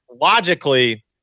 logically